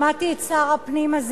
שמעתי את שר הפנים.